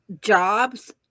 jobs